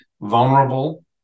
vulnerable